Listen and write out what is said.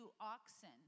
oxen